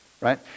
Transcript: right